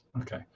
Okay